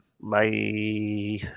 Bye